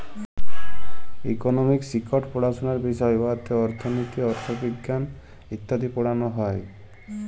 economics ইকট পাড়াশলার বিষয় উয়াতে অথ্থলিতি, অথ্থবিজ্ঞাল ইত্যাদি পড়াল হ্যয়